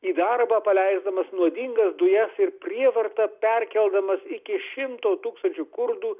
į darbą paleisdamas nuodingas dujas ir prievarta perkeldamas iki šimto tūkstančių kurdų